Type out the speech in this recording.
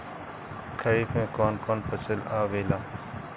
खरीफ में कौन कौन फसल आवेला?